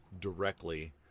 directly